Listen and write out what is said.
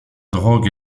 drogue